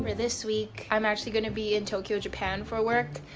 this week, i'm actually gonna be in tokyo, japan for work,